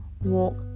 walk